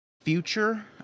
future